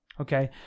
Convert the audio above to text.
Okay